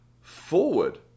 forward